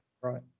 right